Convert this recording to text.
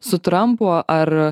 su trampu ar